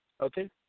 okay